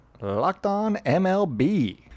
LOCKEDONMLB